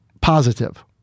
positive